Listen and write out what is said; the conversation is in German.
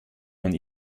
von